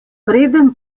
preden